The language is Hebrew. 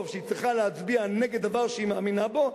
שהיא צריכה להצביע נגד דבר שהיא מאמינה בו,